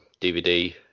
DVD